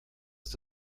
ist